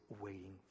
waiting